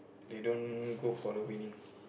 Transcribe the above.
they don't go for the winning